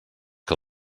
que